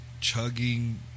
chugging